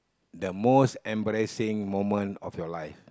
the most embarrassing moment of your life